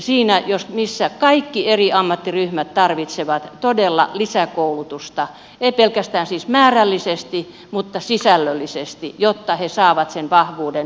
niissä jos missä kaikki eri ammattiryhmät tarvitsevat todella lisäkoulutusta eivät siis pelkästään määrällisesti mutta sisällöllisesti jotta ne saavat sen vahvuuden